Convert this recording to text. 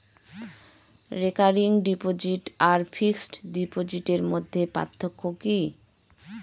Recurring deposit আর fixed ডিপোজিটের মধ্যে পার্থক্য কি?